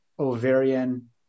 ovarian